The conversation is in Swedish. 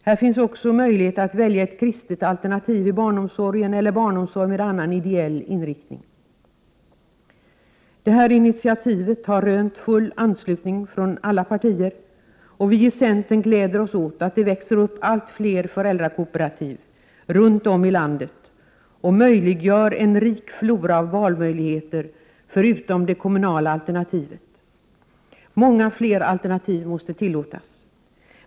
Här finns också möjlighet att välja ett kristet alternativ i barnomsorgen eller barnomsorg med annan ideell inriktning. Detta initiativ har rönt full anslutning från andra partier. Vi i centern gläder oss åt att det växer upp allt fler föräldrakooperativ runt om i landet som möjliggör en rik flora av valmöjligheter förutom det kommunala alternativet. Många fler alternativ måste tillåtas.